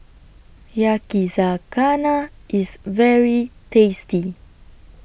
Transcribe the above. Yakizakana IS very tasty